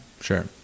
Sure